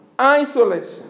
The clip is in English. isolation